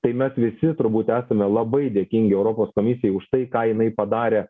tai mes visi turbūt esame labai dėkingi europos komisijai už tai ką jinai padarė